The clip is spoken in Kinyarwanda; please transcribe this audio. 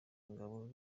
ingabo